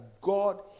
God